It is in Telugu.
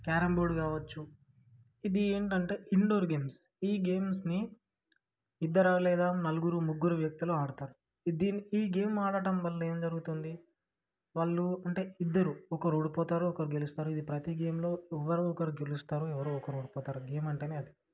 క్యారం బోర్డ్ కావచ్చు ఇది ఏంటంటే ఇండోర్ గేమ్స్ ఈ గేమ్స్ని ఇద్దరా లేదా నలుగురు ముగ్గురు వ్యక్తులు ఆడుతారు ఇది ఈ గేమ్ ఆడటం వల్ల ఏం జరుగుతుంది వాళ్ళు అంటే ఇద్దరు ఒకరు ఓడిపోతారు ఒకరు గెలుస్తారు ఇది ప్రతీ గేమ్లో ఎవ్వరో ఒకరు గెలుస్తారు ఎవరో ఒకరు ఓడిపోతారు గేమ్ అంటేనే అది